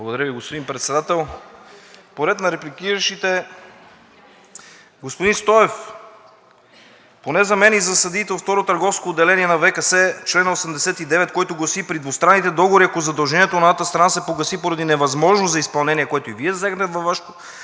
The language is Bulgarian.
Благодаря Ви, господин Председател. По ред на репликиращите. Господин Стоев, поне за мен и за съдиите от Второ търговско отделение на ВКС чл. 89, който гласи: „при двустранните договори, ако задължението на едната страна се погаси поради невъзможност за изпълнение“, което и Вие засегнахте във Вашето